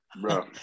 Bro